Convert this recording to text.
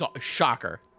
Shocker